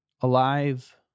alive